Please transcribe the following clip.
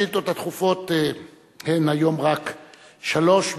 השאילתות הדחופות היום הן רק שלוש,